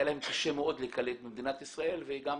היה להם קשה מאוד להיקלט במדינת ישראל וגם